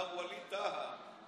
גם ווליד טאהא,